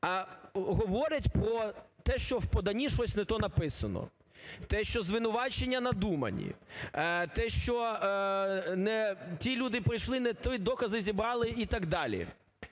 – говорять про те, що в поданні щось не то написано, те, що звинувачення надумані, те, що ті люди пройшли не ті докази зібрали і так далі.